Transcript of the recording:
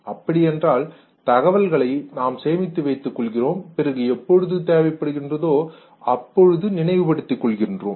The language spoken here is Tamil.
அப்படி என்றால் தகவல்களை நாம் சேமித்து வைத்துக் கொள்கிறோம் பிறகு எப்பொழுது தேவைப்படுகின்றது அப்பொழுது நினைவுபடுத்திக் கொள்கிறோம்